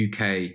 UK